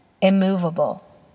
immovable